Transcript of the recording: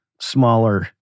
smaller